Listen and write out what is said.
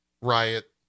riot